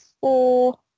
four